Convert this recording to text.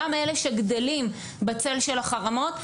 גם אלה שגדלים בצל של החרמות,